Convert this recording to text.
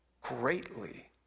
greatly